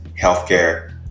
healthcare